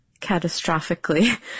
catastrophically